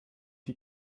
die